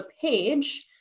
page